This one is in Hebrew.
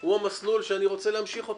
הוא המסלול שאני רוצה להמשיך אותו,